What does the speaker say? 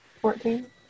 Fourteen